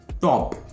Top